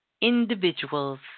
individuals